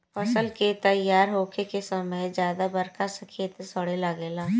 फसल के तइयार होखे के समय ज्यादा बरखा से खेत सड़े लागेला